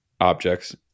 objects